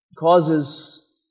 causes